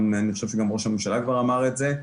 אני חושב שגם ראש הממשלה כבר אמר את זה.